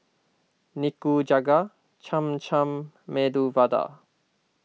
Nikujaga Cham Cham Medu Vada